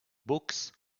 books